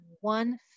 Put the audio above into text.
one